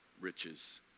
riches